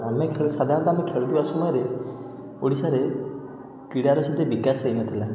ଆମେ ଖେଳୁ ସାଧାରଣତଃ ଆମେ ଖେଳୁଥିବା ସମୟରେ ଓଡ଼ିଶାରେ କ୍ରୀଡ଼ାର ସେତେ ବିକାଶ ହେଇନଥିଲା